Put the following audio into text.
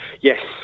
Yes